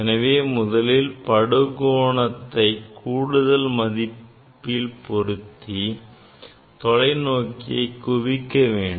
எனவே முதலில் படுகோணத்தை கூடுதல் மதிப்பில் பொருத்தி தொலைநோக்கியை குவிக்க வேண்டும்